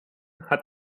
hat